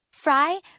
Fry